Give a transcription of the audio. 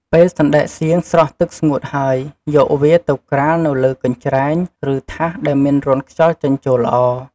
ពេលសណ្ដែកសៀងស្រស់ទឹកស្ងួតហើយ យកវាទៅក្រាលនៅលើកញ្ច្រែង ឬថាសដែលមានរន្ធខ្យល់ចេញចូលល្អ។